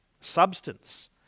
substance